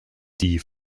die